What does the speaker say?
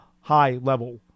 high-level